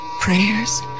prayers